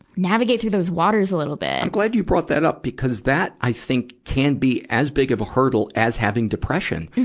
navigate through those waters a little bit. i'm and glad you brought that up, because that, i think, can be as big of a hurdle as having depression.